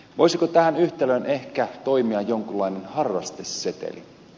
voisiko tähän yhtälöön ehkä toimia jonkunlainen harrasteseteli